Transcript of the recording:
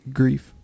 grief